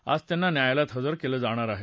आज त्यांना न्यायालयात हजर केलं जाणार आहे